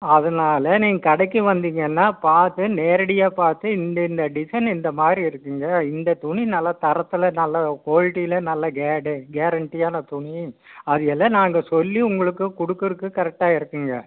அதனால நீங்கள் கடைக்கு வந்திங்கன்னா பார்த்து நேரடியாக பார்த்து இந்தந்த டிசைனு இந்த மாதிரி இருக்குங்க இந்த துணி நல்ல தரத்தில் நல்ல குவாலிட்டியில் நல்ல கேரண்டியான துணி அதையெல்லாம் நாங்கள் சொல்லி உங்களுக்கு குடுக்குறதுக்கு கரெக்டாக இருக்குங்க